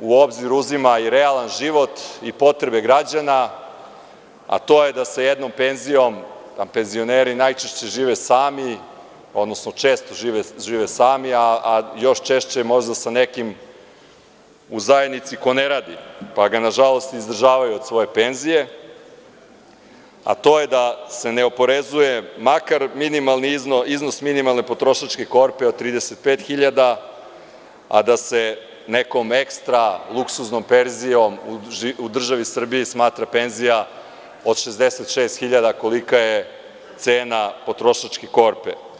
u obzir uzima i realan život i potrebe građana, a to je da sa jednom penzijom, a penzioneri najčešće žive sami, odnosno često žive sami, a još češće možda sa nekim u zajednici ko ne radi, pa ga nažalost i izdržavaju od svoje penzije, a to je da se ne oporezuje makar iznos minimalne potrošačke korpe od 35 hiljada, a da se nekom ekstra luksuznom penzijom u državi Srbiji smatra penzija od 66 hiljada dinara, kolika je cena potrošačke korpe.